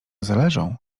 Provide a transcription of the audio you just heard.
zależą